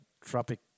Tropic